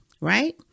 right